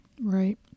Right